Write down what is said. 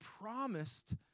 promised